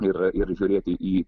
ir ir žiūrėti į